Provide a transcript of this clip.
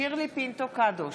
שירלי פינטו קדוש,